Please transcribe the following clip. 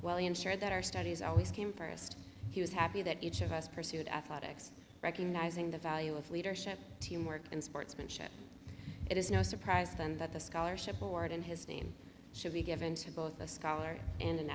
well ensured that our studies always came first he was happy that each of us pursued athletics recognizing the value of leadership teamwork and sportsmanship it is no surprise then that a scholarship award in his name should be given to both a scholar and